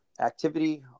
activity